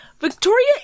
Victoria